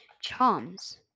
charms